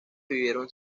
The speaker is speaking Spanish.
vivieron